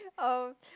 oh